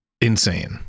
insane